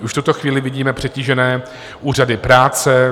Už v tuto chvíli vidíme přetížené úřady práce.